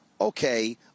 okay